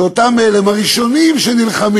שאותם אלה הם הראשונים שנלחמים,